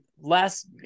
last